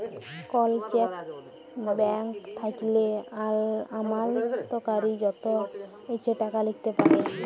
call cheque blank থ্যাইকলে আমালতকারী যত ইছে টাকা লিখতে পারে